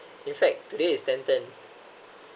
in fact today is ten ten